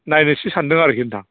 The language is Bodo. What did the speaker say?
नायनोसै सान्दों आरोखि नोंथां